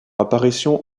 apparition